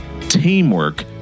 teamwork